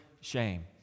shame